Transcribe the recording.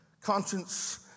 Conscience